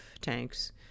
tanks